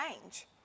change